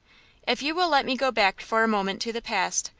if you will let me go back for a moment to the past,